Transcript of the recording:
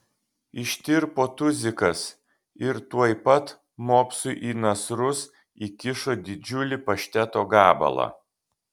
ištirpo tuzikas ir tuoj pat mopsui į nasrus įkišo didžiulį pašteto gabalą